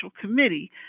committee